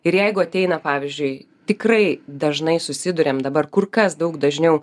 ir jeigu ateina pavyzdžiui tikrai dažnai susiduriam dabar kur kas daug dažniau